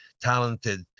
talented